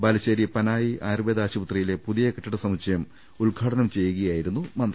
ബാലുശ്ശേരി പനായി ആയുർവേദ ആശുപ ത്രിയിലെ പുതിയ കെട്ടിട സമുച്ചയം ഉദ്ഘാടനം ചെയ്യുകയായി രുന്നു മന്തി